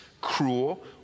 cruel